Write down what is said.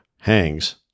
hangs